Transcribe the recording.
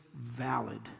valid